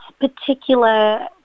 particular